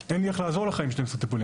אין לי איך לעזור לך עם 12 טיפולים.